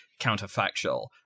counterfactual